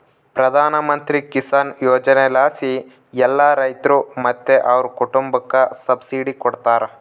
ಪ್ರಧಾನಮಂತ್ರಿ ಕಿಸಾನ್ ಯೋಜನೆಲಾಸಿ ಎಲ್ಲಾ ರೈತ್ರು ಮತ್ತೆ ಅವ್ರ್ ಕುಟುಂಬುಕ್ಕ ಸಬ್ಸಿಡಿ ಕೊಡ್ತಾರ